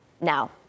now